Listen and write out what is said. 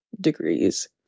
degrees